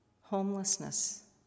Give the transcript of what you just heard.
homelessness